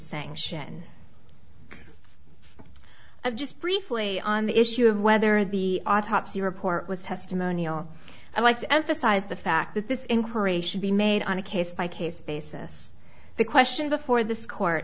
sanction of just briefly on the issue of whether the autopsy report was testimonial i'd like to emphasize the fact that this inquiry should be made on a case by case basis the question before this court